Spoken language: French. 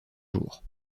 jours